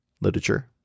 literature